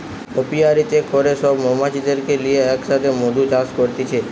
অপিয়ারীতে করে সব মৌমাছিদেরকে লিয়ে এক সাথে মধু চাষ করতিছে